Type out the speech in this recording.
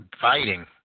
fighting